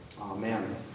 Amen